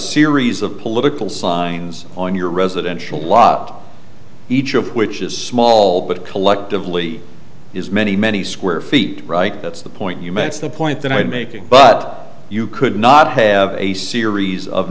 series of political signs on your residential law each of which is small but collectively is many many square feet right that's the point you made the point that i had making but you could not have a series of